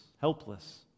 helpless